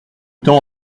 temps